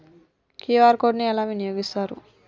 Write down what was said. QR code ని ఎలా వినియోగిస్తారు?